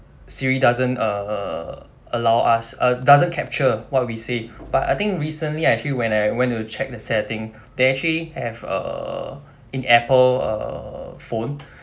Siri doesn't uh allow us uh doesn't capture what we say but I think recently actually when I went to check the setting they actually have err in Apple err phone